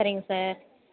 சரிங்க சார்